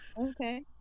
Okay